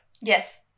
Yes